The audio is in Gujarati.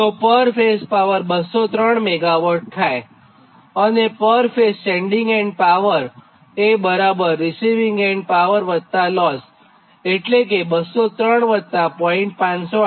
તો પર ફેઝ પાવર 203 મેગાવોટ થાય અને પર ફેઝ સેન્ડીંગ એન્ડ પાવરએ બરાબર રીસિવીંગ એન્ડ પાવર વત્તા લોસ એટલે કે 203 0